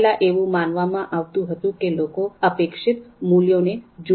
પહેલાં એવું માનવામાં આવતું હતું કે લોકો અપેક્ષિત મૂલ્યને જુએ છે